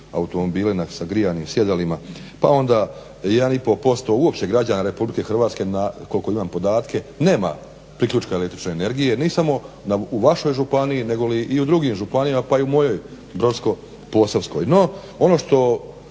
automobile sa grijanim sjedalima, pa onda 1,5% uopće građana RH koliko imam podatke nama priključka el.energije ne samo u vašoj županiji negoli i u drugim županijama pa i u mojoj Brodsko-posavskoj. No ono što